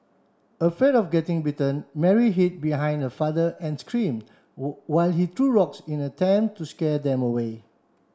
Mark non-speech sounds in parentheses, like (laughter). afraid of getting bitten Mary hid behind her father and scream (unintelligible) while he threw rocks in attempt to scare them away